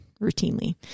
routinely